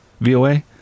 VOA